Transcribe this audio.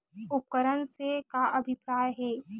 उपकरण से का अभिप्राय हे?